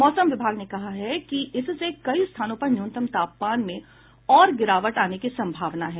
मौसम विभाग ने कहा है कि इससे कई स्थानों पर न्यूनतम तापमान के और नीचे चले जाने की संभावना है